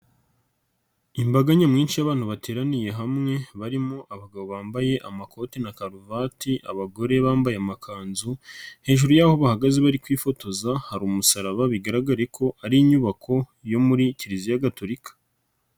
Imbaga nyamwinshi y'abantu bateraniye hamwe barimo abagabo bambaye amakoti na karuvati, abagore bambaye amakanzu, hejuru y'aho bahagaze bari kwifotoza, hari umusaraba bigaragare ko ari inyubako yo muri Kiliziya Gatolika.